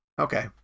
Okay